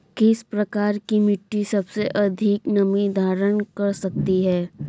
किस प्रकार की मिट्टी सबसे अधिक नमी धारण कर सकती है?